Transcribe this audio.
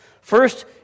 First